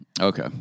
Okay